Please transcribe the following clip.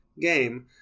game